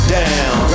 down